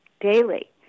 Daily